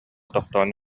тохтоон